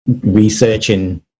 researching